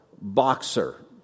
boxer